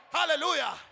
Hallelujah